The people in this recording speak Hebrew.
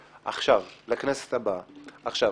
לכנסת הבאה השגנו.